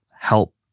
help